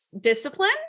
discipline